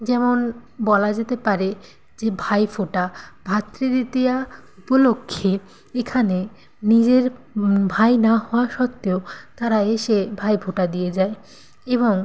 যেমন বলা যেতে পারে যে ভাইফোঁটা ভাতৃ দ্বিতীয়া উপলক্ষে এখানে নিজের ভাই না হওয়া সত্ত্বেও তারা এসে ভাই ফোঁটা দিয়ে যায় এবং